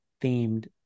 themed